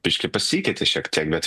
biškį pasikeitė šiek tiek bet